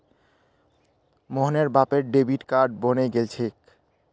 मोहनेर बापेर debit card बने गेल छे